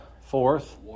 Fourth